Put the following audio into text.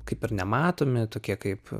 kaip ir nematomi tokie kaip